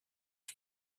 two